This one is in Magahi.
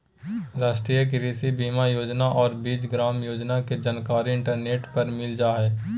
राष्ट्रीय कृषि बीमा योजना और बीज ग्राम योजना के जानकारी इंटरनेट पर मिल जा हइ